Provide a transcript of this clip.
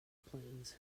plains